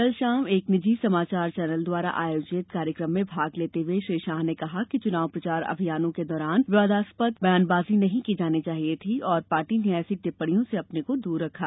कल शाम एक निजी समाचार चैनल द्वारा आयोजित कार्यक्रम में भाग लेते हुए श्री शाह ने कहा कि चुनाव प्रचार अभियानों के दौरान विवादास्पद बयानबाज़ी नहीं की जानी चाहिए थी और पार्टो ने ऐसी टिप्पणियों से अपने को दूर रखा